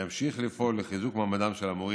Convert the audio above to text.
ימשיך לפעול לחיזוק מעמדם של המורים,